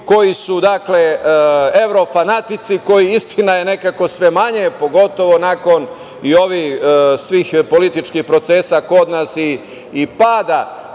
koji su evro fanatici, kojih je, istina je, nekako sve manje, pogotovo nakon svih ovih političkih procesa kod nas i pada